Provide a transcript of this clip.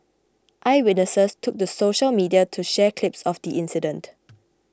eyewitnesses took to social media to share clips of the incident